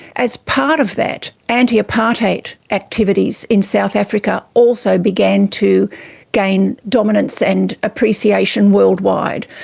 as part of that, anti-apartheid activities in south africa also began to gain dominance and appreciation worldwide.